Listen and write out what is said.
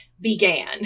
began